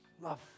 love